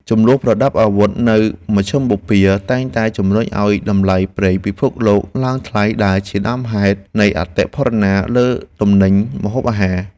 ជម្លោះប្រដាប់អាវុធនៅមជ្ឈឹមបូព៌ាតែងតែជម្រុញឱ្យតម្លៃប្រេងពិភពលោកឡើងថ្លៃដែលជាដើមហេតុនៃអតិផរណាលើទំនិញម្ហូបអាហារ។